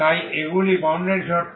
তাই এগুলি বাউন্ডারি শর্ত